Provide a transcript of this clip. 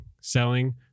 selling